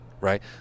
right